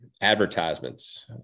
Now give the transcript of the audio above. advertisements